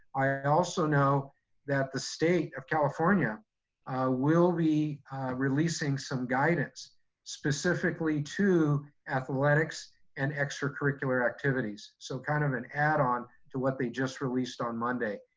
i also know that the state of california will be releasing some guidance specifically to athletics and extracurricular activities. so kind of an add on to what they just released on monday.